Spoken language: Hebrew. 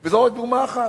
וזאת רק דוגמה אחת,